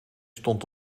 stond